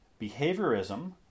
Behaviorism